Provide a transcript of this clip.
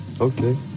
Okay